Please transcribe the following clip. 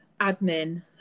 admin